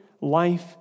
life